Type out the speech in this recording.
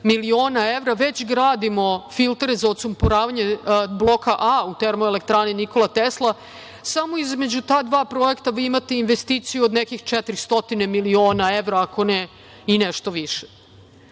miliona evra. Već gradimo filtere za odsumporavanje bloka A u Termoelektrani „Nikola Tesla“. Samo između ta dva projekta vi imate investiciju od nekih 400 miliona evra, ako ne i nešto više.